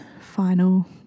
final